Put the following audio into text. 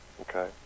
okay